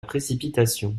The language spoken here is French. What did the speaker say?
précipitation